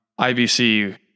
IBC